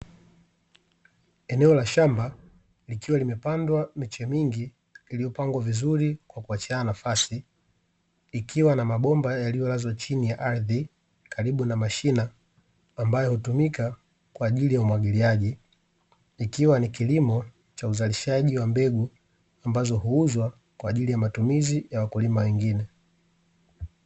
Eneo la shamba likiwa limepandwa mechi mingi iliyopangwa vizuri kwa kuachana nafasi, ikiwa na mabomba yaliyolazwa chini ya ardhi karibu na mashina ambayo hutumika kwa ajili ya umwagiliaji. Ikiwa ni kilimo cha uzalishaji wa mbegu ambazo huuzwa kwa ajili ya matumizi ya wakulima wengine.